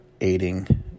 aiding